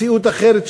מציאות אחרת,